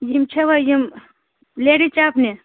یِم چھا وۄنۍ یِم لیڈیٖز چَپنہِ